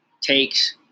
takes